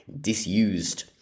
disused